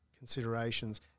Considerations